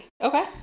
Okay